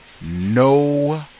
no